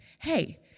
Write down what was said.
hey